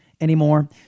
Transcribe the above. anymore